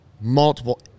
multiple –